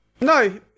No